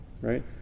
right